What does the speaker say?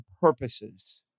purposes